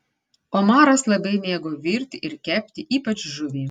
omaras labai mėgo virti ir kepti ypač žuvį